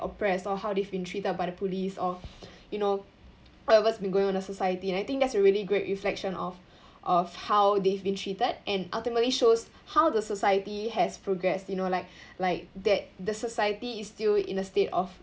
oppressed or how they've been treated by the police or you know what's been going on society and I think that's really a great reflection of of how they've been treated and ultimately shows how the society has progressed you know like like that the society is still in the state of